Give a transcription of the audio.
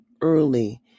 early